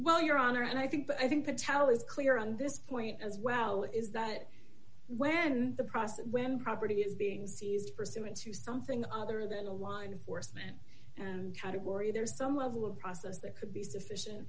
well your honor and i think i think patel is clear on this point as well is that when the process when property is being seized pursuant to something other than a line of force man and category there's some level of process there could be sufficient